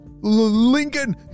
Lincoln